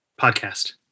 podcast